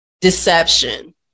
deception